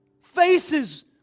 faces